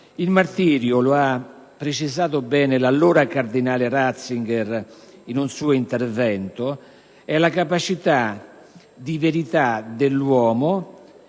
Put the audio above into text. laico, e lo ha precisato bene l'allora cardinale Ratzinger in un suo intervento - è la «capacità di verità dell'uomo